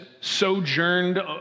sojourned